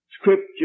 scripture